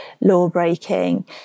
law-breaking